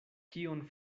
kion